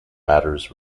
matters